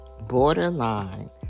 borderline